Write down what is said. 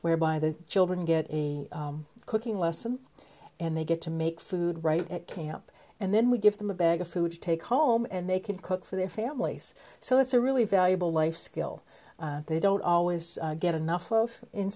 whereby the children get a cooking lesson and they get to make food right at camp and then we give them a bag of food take home and they can cook for their families so it's a really valuable life skill they don't always get enough